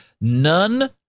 none